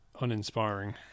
uninspiring